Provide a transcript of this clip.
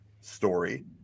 story